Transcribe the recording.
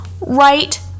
right